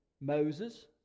Moses